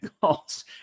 calls